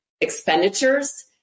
expenditures